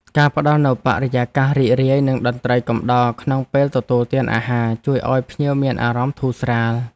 ការផ្តល់នូវបរិយាកាសរីករាយនិងតន្ត្រីកំដរក្នុងពេលទទួលទានអាហារ ជួយឱ្យភ្ញៀវមានអារម្មណ៍ធូរស្រាល។